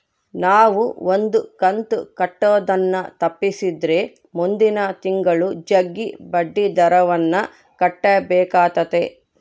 ನಾವು ಒಂದು ಕಂತು ಕಟ್ಟುದನ್ನ ತಪ್ಪಿಸಿದ್ರೆ ಮುಂದಿನ ತಿಂಗಳು ಜಗ್ಗಿ ಬಡ್ಡಿದರವನ್ನ ಕಟ್ಟಬೇಕಾತತೆ